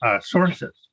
sources